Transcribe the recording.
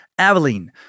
Aveline